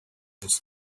was